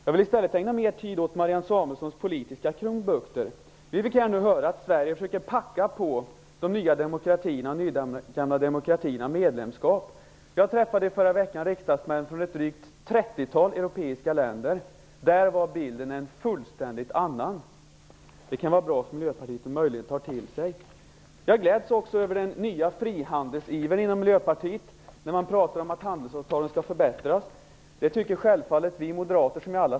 Jag vill i stället ägna mer tid åt Marianne Samuelssons politiska krumbukter. Vi fick nu här höra att Sverige försöker pracka på de nya demokratierna och de nygamla demokratierna medlemskap. Jag träffade i förra veckan riksdagsmän från ett drygt trettiotal europeiska länder. Där var bilden fullständigt en annan. Det kan vara bra för Miljöpartiet att möjligen ta till sig. Jag gläds också över den nya frihandelsivern inom Miljöpartiet när man talar om att handelsavtalen skall förbättras. Det tycker självfallet vi moderater.